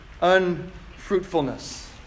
unfruitfulness